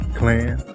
clan